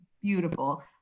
beautiful